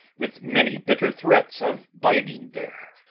with many bitter threats of biding there.